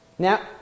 Now